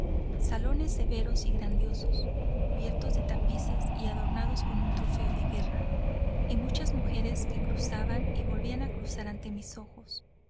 salones severos y grandiosos cubiertos de tapices y adornados con trofeo de guerra y muchas mujeres que cruzaban y volvían a cruzar ante mis ojos